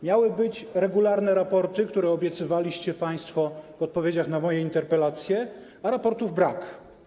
Miały być regularne raporty, które obiecywaliście państwo w odpowiedziach na moje interpelacje, a raportów brak.